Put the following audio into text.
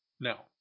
Now